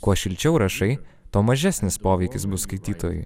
kuo šilčiau rašai tuo mažesnis poveikis bus skaitytojui